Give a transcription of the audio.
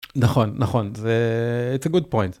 נכון נכון. זה… it is a good point